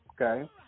okay